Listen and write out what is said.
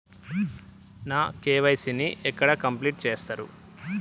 నా కే.వై.సీ ని ఎక్కడ కంప్లీట్ చేస్తరు?